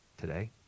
today